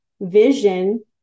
vision